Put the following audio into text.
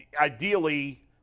ideally